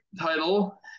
title